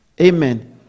Amen